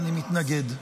אני מתנגד.